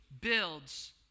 builds